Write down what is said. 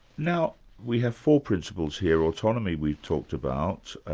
now we have four principles here, autonomy we've talked about,